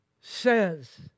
says